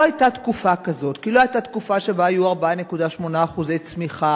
לא היתה תקופה כזאת כי לא היתה תקופה שבה היו 4.8% צמיחה,